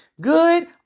Good